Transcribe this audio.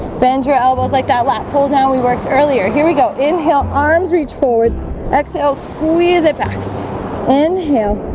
bend your elbows like that lat pulldown we worked earlier. here we go. inhale arms reach forward exhale squeeze it back inhale